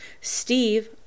Steve